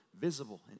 visible